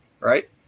right